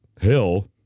hill